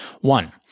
One